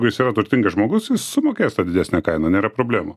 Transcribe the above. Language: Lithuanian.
jis yra turtingas žmogus jis sumokės tą didesnę kainą nėra problemų